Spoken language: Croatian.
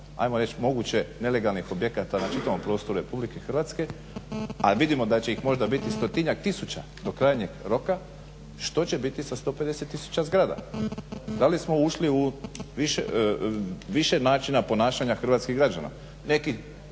ajmo reći moguće nelegalnih objekata na čitavom prostoru RH a vidimo da će ih možda biti stotinjak tisuća do krajnjeg roka što će biti sa 150 tisuća zgrada? Da li smo ušli u više načina ponašanja hrvatskih građana?